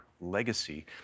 legacy